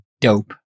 dope